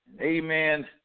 Amen